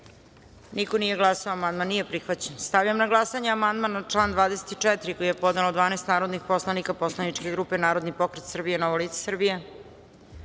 da amandman nije prihvaćen. Stavljam na glasanje amandman na član 6. koji je podnelo 12 narodnih poslanika poslaničke grupe Narodni pokret Srbije – Novo lice Srbije. Molim